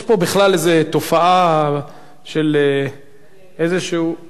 יש פה בכלל איזו תופעה של איזה, אני,